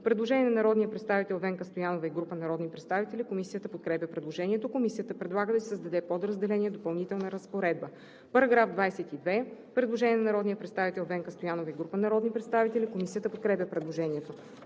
Предложение на народния представител Венка Стоянова и група народни представители. Комисията подкрепя предложението. Комисията предлага да се създаде подразделение „Допълнителна разпоредба“. По § 22 има предложение на народния представител Венка Стоянова и група народни представители. Комисията подкрепя предложението.